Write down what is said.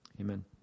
Amen